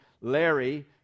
Larry